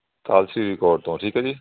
Kalsi record ਤੋਂ ਠੀਕ ਹੈ ਜੀ